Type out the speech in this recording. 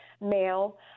male